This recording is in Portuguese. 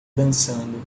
dançando